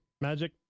Magic